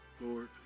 Lord